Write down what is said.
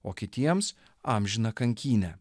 o kitiems amžina kankyne